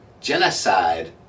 genocide